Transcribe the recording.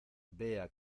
vea